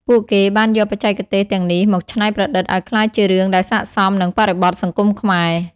ពួកគេបានយកបច្ចេកទេសទាំងនេះមកច្នៃប្រឌិតឲ្យក្លាយជារឿងដែលស័ក្តិសមនឹងបរិបទសង្គមខ្មែរ។